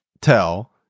tell